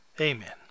amen